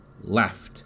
left